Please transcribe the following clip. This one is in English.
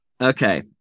Okay